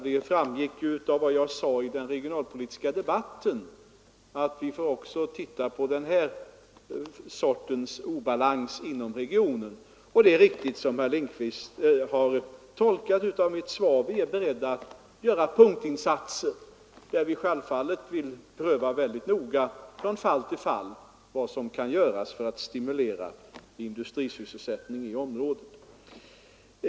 Det framgick ju av vad jag sade i den regionalpolitiska debatten att vi också får titta på den sortens balans. Det är riktigt, som herr Lindkvist uttolkade av mitt svar, att vi är beredda att göra punktinsatser, där vi självfallet vill pröva mycket noga från fall till fall vad som kan göras för att stimulera industrisysselsättningen i området.